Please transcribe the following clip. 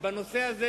ובנושא הזה,